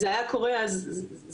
אנחנו כמו שהסברתי,